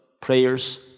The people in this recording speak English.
prayers